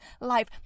life